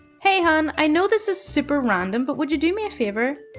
hey, hun. i know this is super random, but would you do me a favor?